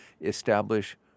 establish